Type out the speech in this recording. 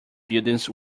buildings